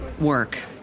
work